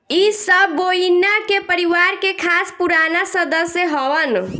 इ सब बोविना के परिवार के खास पुराना सदस्य हवन